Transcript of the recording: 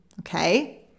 okay